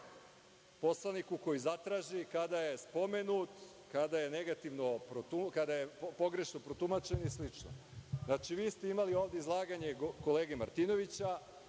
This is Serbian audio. poslaniku koji zatraži kada je spomenut, kada je pogrešno protumačen i slično. Vi ste imali ovde izlaganje kolege Martinovića,